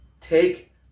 Take